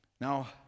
Now